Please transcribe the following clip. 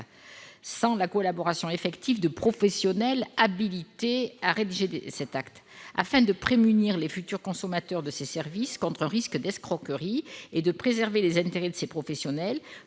sans la collaboration effective de professionnels habilités à rédiger ces actes. Afin de prémunir les futurs consommateurs de ces services contre un risque d'escroquerie et de préserver les intérêts de ces professionnels,